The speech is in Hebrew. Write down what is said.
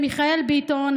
למיכאל ביטון,